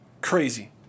Crazy